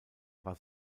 war